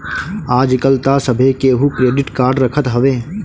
आजकल तअ सभे केहू क्रेडिट कार्ड रखत हवे